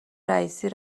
رییسی